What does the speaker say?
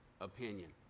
opinion